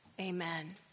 Amen